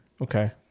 Okay